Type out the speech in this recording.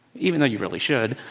even though you really should.